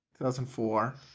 2004